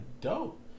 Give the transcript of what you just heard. dope